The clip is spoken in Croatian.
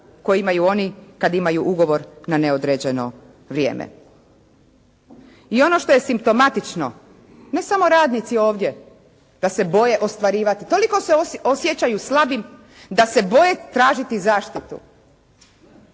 koje imaju oni kad imaju ugovor na neodređeno vrijeme. I ono što je simptomatično, ne samo radnici ovdje da se boje ostvarivati toliko se osjećaju slabim da se boje tražiti zaštitu.